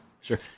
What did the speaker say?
Sure